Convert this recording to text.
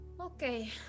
Okay